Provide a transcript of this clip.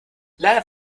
leider